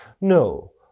No